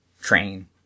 train